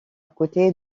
côté